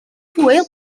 hwyl